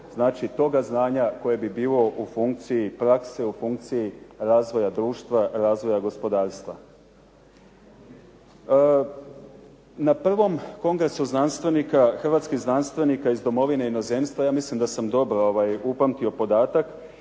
smjeru toga znanja koje bi bilo u funkciji prakse, u funkciji razvoja društva, razvoja gospodarstva. Na prvom kongresu znanstvenika, hrvatskih znanstvenika iz domovine i inozemstva ja mislim da sam dobro upamtio podatak